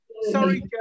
sorry